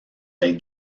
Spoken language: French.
les